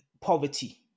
poverty